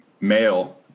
male